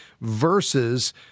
versus